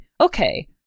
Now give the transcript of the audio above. okay